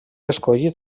escollit